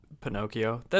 Pinocchio